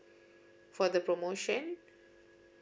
for the promotion